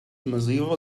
mozilla